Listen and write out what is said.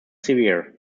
severe